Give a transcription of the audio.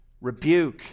Rebuke